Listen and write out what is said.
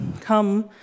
come